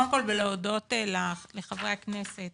וקודם כל להודות לחברי הכנסת